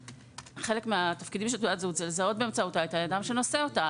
חלק מתפקידי תעודת הזהות הוא לזהות באמצעותה את האדם שנושא אותה.